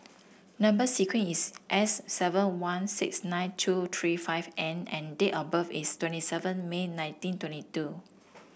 number sequence is S seven one six nine two three five N and date of birth is twenty seven May nineteen twenty two